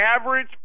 average